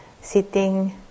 sitting